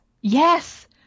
yes